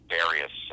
various